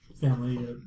family